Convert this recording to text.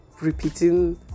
repeating